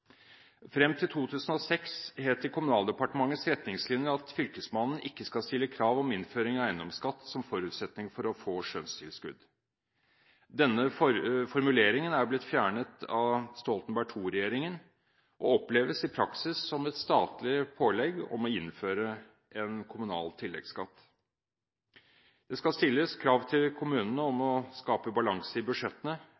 Frem til 2006 het det i Kommunaldepartementets retningslinjer at Fylkesmannen ikke skal stille krav om innføring av eiendomsskatt som forutsetning for å få skjønnstilskudd. Denne formuleringen er blitt fjernet av Stoltenberg II-regjeringen og oppleves i praksis som et statlig pålegg om å innføre en kommunal tilleggsskatt. Det skal stilles krav til kommunene om